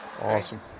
Awesome